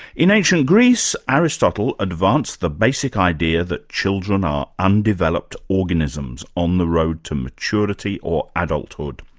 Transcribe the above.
in ancient greece, aristotle advanced the basic idea that children are undeveloped organisms on the road to maturity or adulthood,